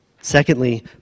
Secondly